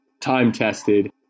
time-tested